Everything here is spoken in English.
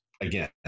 Again